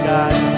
God